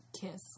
kiss